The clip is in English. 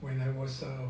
when I was